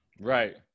right